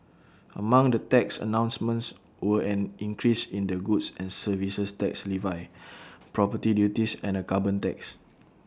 among the tax announcements were an increase in the goods and services tax levy property duties and A carbon tax